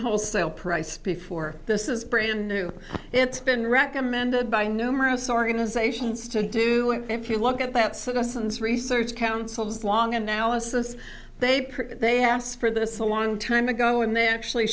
wholesale price before this is brand new it's been recommended by numerous organizations to do it if you look at that citizens research councils long analysis they prefer they asked for this a long time ago and they actually